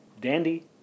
Dandy